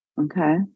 Okay